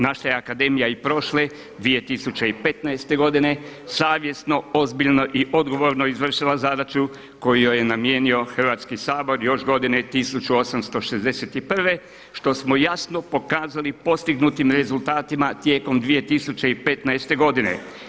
Naša je Akademija i prošle 2015. godine savjesno, ozbiljno i odgovorno izvršila zadaću koju joj je namijenio Hrvatski sabor još godine 1861. što smo jasno pokazali postignutim rezultatima tijekom 2015. godine.